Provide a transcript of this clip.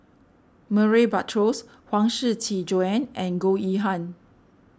Murray Buttrose Huang Shiqi Joan and Goh Yihan